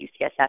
UCSF